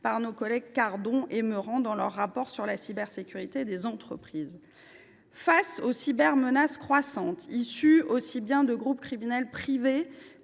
par nos collègues Rémi Cardon et Sébastien Meurant dans leur rapport sur la cybersécurité des entreprises. Face aux cybermenaces croissantes issues de groupes criminels privés